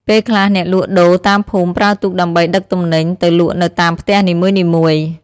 ពេលខ្លះអ្នកលក់ដូរតាមភូមិប្រើទូកដើម្បីដឹកទំនិញទៅលក់នៅតាមផ្ទះនីមួយៗ។